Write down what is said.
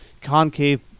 concave